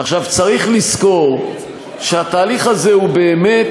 עכשיו, צריך לזכור שהתהליך הזה הוא באמת,